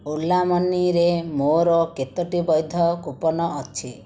ଓଲା ମନିରେ ମୋର କେତୋଟି ବୈଧ କୁପନ୍ ଅଛି